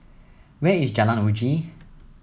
where is Jalan Uji